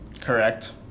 Correct